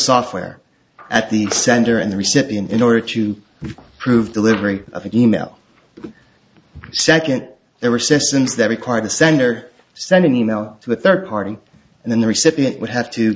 software at the sender and the recipient in order to prove delivery of an email second there were systems that required the sender send an email to a third party and then the recipient would have to